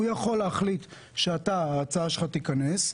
הוא יחליט שההצעה שלך תיכנס,